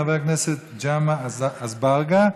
חבר הכנסת ג'מעה אזברגה,